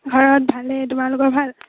ঘৰত ভালে তোমালোকৰ ভাল